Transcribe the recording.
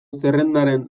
zerrendaren